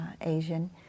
Asian